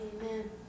Amen